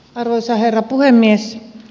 arvoisa herra puhemies